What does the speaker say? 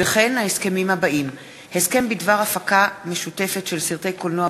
ההסכמים הבאים: הסכם בדבר הפקה משותפת של סרטי קולנוע